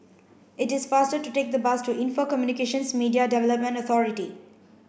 it is faster to take the bus to Info Communications Media Development Authority